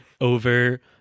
over